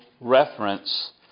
reference